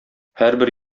һәрбер